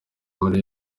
muri